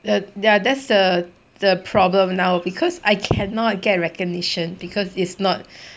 ya that's the the problem now because I cannot get recognition because it's not